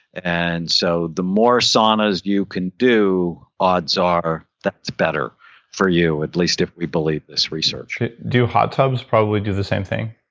and so the more saunas you can do, odds are that's better for you at least if we believe this research do hot tubs probably do the same thing?